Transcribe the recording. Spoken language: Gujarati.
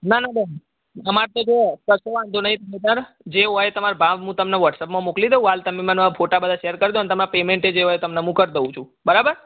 ના ના બેન અમારે તો જુઓ કશો વાંધો નહીં બરાબર જે હોય એ તમારે ભાવ હું તમને વૉટ્સએપમાં મોકલી દઉં હાલ તમે મને ફોટા બધા શેર કરી દો ને અને તમારું પેમેન્ટ જે હોય એ તમને હું કરી દઉં છું બરાબર